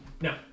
No